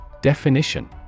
Definition